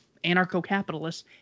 anarcho-capitalists